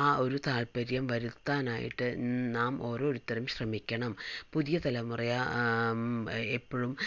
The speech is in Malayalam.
ആ ഒരു താത്പര്യം വരുത്താനായിട്ട് നാം ഓരോരുത്തരും ശ്രമിക്കണം പുതിയ തലമുറയോ എപ്പോഴും